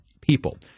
people